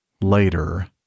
later